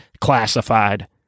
classified